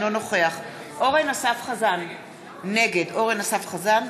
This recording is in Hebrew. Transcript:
אינו נוכח אורן אסף חזן,